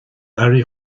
airí